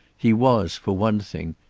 he was, for one thing,